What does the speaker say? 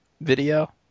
video